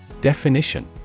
Definition